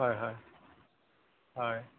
হয় হয় হয়